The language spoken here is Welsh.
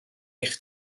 eich